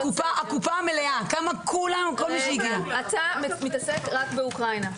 אתה מתעסק רק באוקראינה.